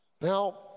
Now